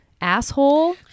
asshole